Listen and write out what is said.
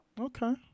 Okay